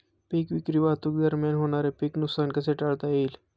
पीक विक्री वाहतुकीदरम्यान होणारे पीक नुकसान कसे टाळता येईल?